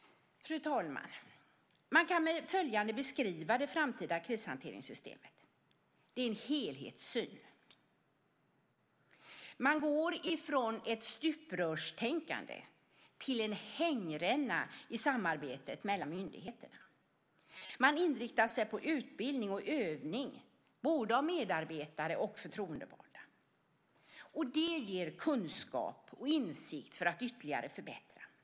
Fru talman! Man kan med följande beskriva det framtida krishanteringssystemet. Det finns en helhetssyn. Man går från ett stuprörstänkande till en hängränna i samarbetet mellan myndigheterna. Man inriktar sig på utbildning och övning; det gäller både medarbetare och förtroendevalda. Det ger kunskap och insikt för att ytterligare förbättra förmågan.